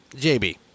JB